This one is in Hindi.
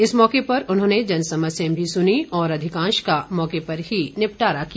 इस मौके पर उन्होंने जन समस्याएं भी सुनीं और अधिकांश का मौके पर ही निपटारा किया